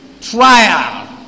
trial